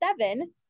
seven